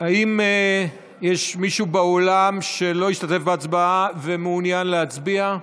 האם יש מישהו באולם שלא השתתף בהצבעה ומעוניין להצביע?